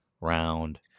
round